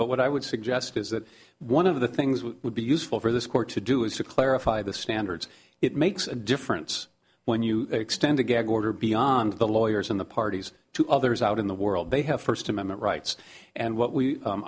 but what i would suggest is that one of the things we would be useful for this court to do is to clarify the standards it makes a difference when you extend a gag order beyond the lawyers and the parties to others out in the world they have first amendment rights and what we